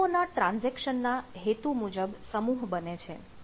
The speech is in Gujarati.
વસ્તુઓ ના ટ્રાન્જેક્શન ના હેતુ મુજબ સમૂહ બને છે